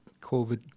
COVID